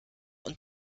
und